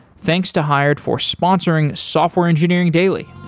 thanks to hired for sponsoring software engineering daily